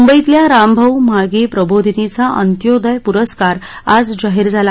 मुंबईतल्या रामभाऊ म्हाळगी प्रबोधिनीचा अंत्योदय पुरस्कार आज जाहीर झाला